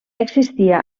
existia